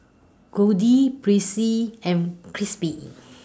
Goldie Percy and Krissy B